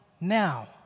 now